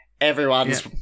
Everyone's